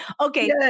Okay